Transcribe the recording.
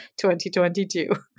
2022